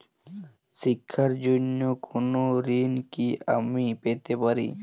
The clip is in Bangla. শিক্ষার জন্য কোনো ঋণ কি আমি পেতে পারি?